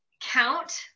count